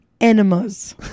enemas